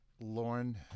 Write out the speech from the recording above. Lauren